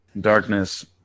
darkness